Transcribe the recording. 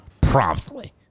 promptly